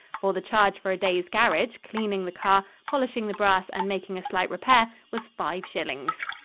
for the charge for a day's garage, cleaning the car, polishing the brass and making a slight repair, was five shillings.